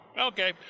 Okay